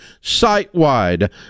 site-wide